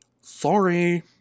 Sorry